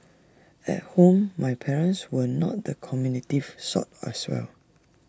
at home my parents were not the communicative sort as well